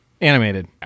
Animated